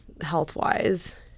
health-wise